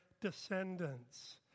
descendants